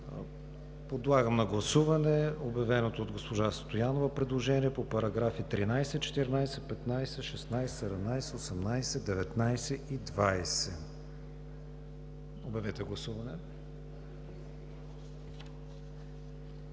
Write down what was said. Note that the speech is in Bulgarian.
Подлагам на гласуване обявеното от госпожа Стоянова предложение за параграфи 13, 14, 15, 16, 17, 18, 19 и 20. Гласували